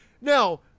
Now